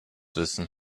wissen